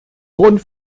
grund